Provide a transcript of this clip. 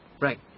Right